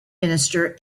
minister